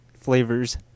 flavors